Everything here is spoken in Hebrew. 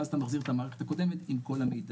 ואז אתה מחזיר את המערכת הקודמת עם כל המידע,